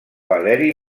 valeri